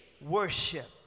worship